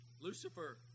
Lucifer